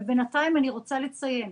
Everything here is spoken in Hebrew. ובנתיים אני רוצה לציין,